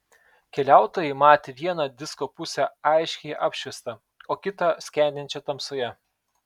keliautojai matė vieną disko pusę aiškiai apšviestą o kitą skendinčią tamsoje